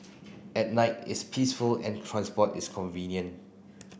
at night it's peaceful and transport is convenient